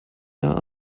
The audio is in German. jahr